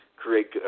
create